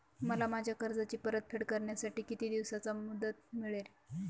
मला माझ्या कर्जाची परतफेड करण्यासाठी किती दिवसांची मुदत मिळेल?